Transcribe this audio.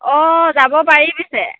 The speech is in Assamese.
অঁ যাব পাৰি পিছে